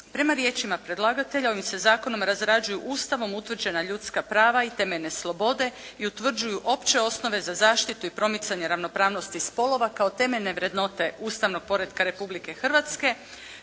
Prema riječima predlagatelja ovim se zakonom razrađuju Ustavom utvrđena ljudska prava i temeljne slobode i utvrđuju opće osnove za zaštitu i promicanje ravnopravnosti spolova kao temeljne vrednote ustavnog poretka Republike Hrvatske,